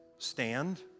Stand